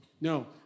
No